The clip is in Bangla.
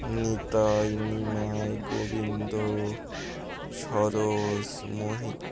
নিতাই নিমাই গোবিন্দো সরোজ মোহিত